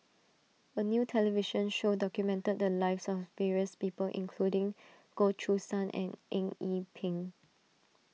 a new television show documented the lives of various people including Goh Choo San and Eng Yee Peng